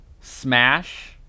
smash